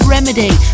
Remedy